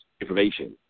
information